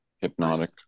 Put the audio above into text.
hypnotic